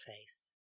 face